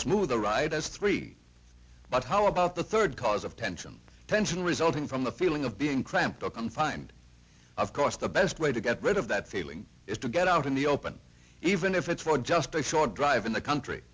smooth a ride as three but how about the third cause of tension tension resulting from the feeling of being cramped or confined of course the best way to get rid of that feeling is to get out in the open even if it were just a short drive in the country